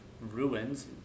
ruins